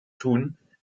tun